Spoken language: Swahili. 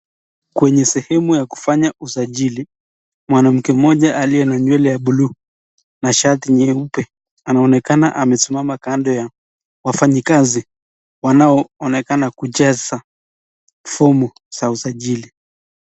Kweye sehemu ya kufanya usajili, mwanamke moja aliye na nywele buluu. na shati nyeupe, anaonekana amesimama kando ya wafanyikazi wanao onekana kujaza fomu za usajili.